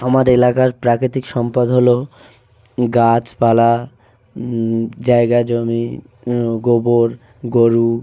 আমার এলাকার প্রাকৃতিক সম্পদ হলো গাছ পালা জায়গা জমি গোবর গরু